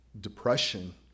depression